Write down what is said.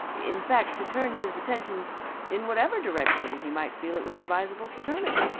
in fact to turn his attention in whatever direction he might feel it was advisable to turn it.